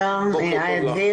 שלום, איה, בוקר טוב לך.